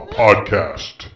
podcast